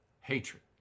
hatred